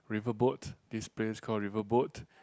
River Boat this place call River Boat